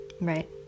Right